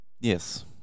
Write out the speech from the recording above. Yes